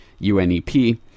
UNEP